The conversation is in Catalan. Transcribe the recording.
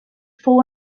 fou